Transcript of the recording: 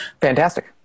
Fantastic